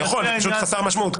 אני יכול, פשוט זה חסר משמעות.